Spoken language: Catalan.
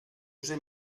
use